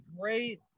great